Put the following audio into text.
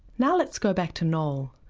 now let's go back to noel.